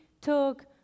took